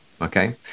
Okay